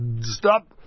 stop